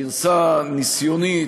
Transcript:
גרסה ניסיונית,